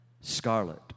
scarlet